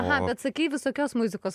aha bet sakei visokios muzikos